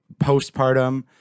postpartum